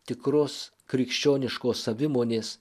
tikros krikščioniškos savimonės